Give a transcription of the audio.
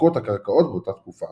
הקרקעות באותה תקופה.